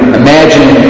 imagine